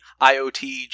IoT